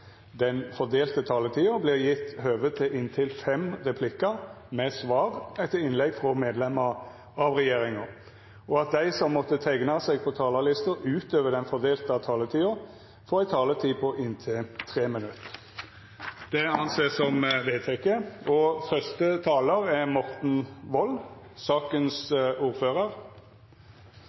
den fordelte taletida – vert gjeve høve til inntil fem replikkar med svar etter innlegg frå medlemer av regjeringa. Vidare vert det føreslått at dei som måtte teikna seg på talarlista utover den fordelte taletida, får ei taletid på inntil 3 minutt. – Det er vedteke. Det er viktige endringer vi skal diskutere her i dag, endringer som